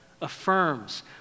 affirms